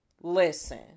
Listen